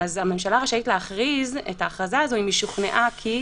הממשלה רשאית להכריז את ההכרזה הזו אם היא שוכנעה כי,